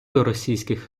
російських